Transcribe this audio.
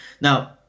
now